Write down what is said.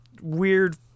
weird